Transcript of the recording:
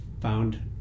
found